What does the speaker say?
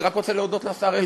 אני רוצה להודות לשר אלקין,